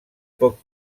poc